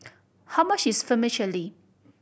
how much is Vermicelli